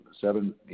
seven